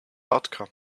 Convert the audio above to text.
outcome